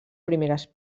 primeres